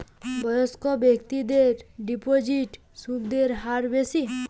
বয়স্ক ব্যেক্তিদের কি ডিপোজিটে সুদের হার বেশি?